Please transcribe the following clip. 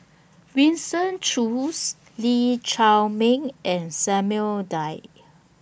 Winston Choos Lee Chiaw Meng and Samuel Dyer